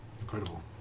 Incredible